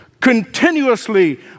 continuously